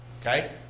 Okay